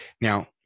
now